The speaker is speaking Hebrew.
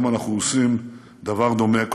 היום אנחנו עושים דבר דומה,